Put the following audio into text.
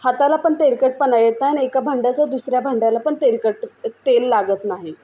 हाताला पण तेलकटपणा येत नाही नं एका भांड्याचं दुसऱ्या भांड्याला पण तेलकट तेल लागत नाही